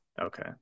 Okay